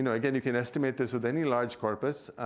and again, you can estimate this with any large corpus,